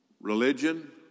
Religion